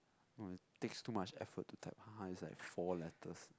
no it takes too much effort to type ah it's like four letters